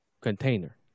container